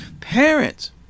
parents